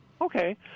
Okay